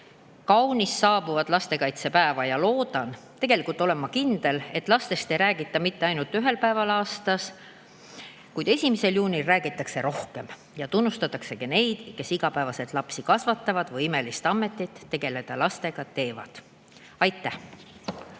kaunist saabuvat lastekaitsepäeva ja loodan või tegelikult olen kindel, et lastest ei räägita mitte ainult ühel päeval aastas, kuid 1. juunil räägitakse neist rohkem ja tunnustatakse neid, kes igapäevaselt lapsi kasvatavad või peavad imelist ametit, kus tegeletakse lastega. Aitäh!